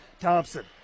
thompson